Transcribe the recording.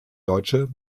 deutsche